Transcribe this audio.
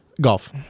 Golf